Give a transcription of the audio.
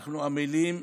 אנחנו עמלים,